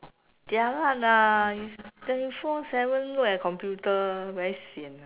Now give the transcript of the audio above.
jialat lah if twenty four seven look at computer very sian